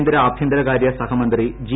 കേന്ദ്ര ആഭ്യന്തരകാര്യ സഹമന്ത്രി ജി